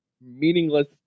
meaningless